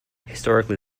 historically